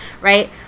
right